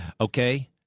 Okay